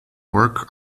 work